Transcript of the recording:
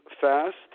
fast